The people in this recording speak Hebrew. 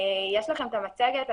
יש לכם את המצגת.